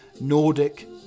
Nordic